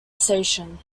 station